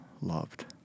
loved